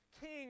king